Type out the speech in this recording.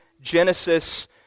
Genesis